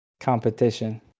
competition